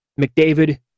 McDavid